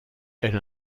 elle